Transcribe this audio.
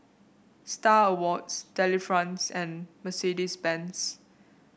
Star Awards Delifrance and Mercedes Benz